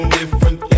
different